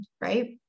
right